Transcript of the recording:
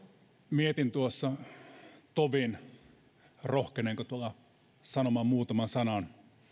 mietin tuossa tovin rohkenenko tulla sanomaan muutaman sanan